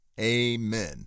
Amen